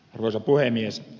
arvoisa puhemies